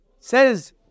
Says